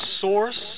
source